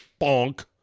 bonk